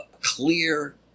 clear